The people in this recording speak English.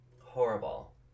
Horrible